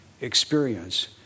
experience